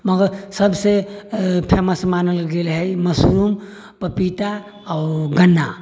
मगर सभसे फेमस मानल गेल है मशरूम पपीता आओर गन्ना